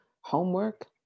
homework